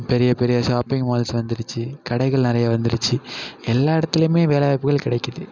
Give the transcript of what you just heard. பெரிய பெரிய shopping malls வந்துருச்சு கடைகள் நிறைய வந்துருச்சு எல்லா இடத்துலையுமே வேலைவாய்ப்புகள் கிடைக்கிது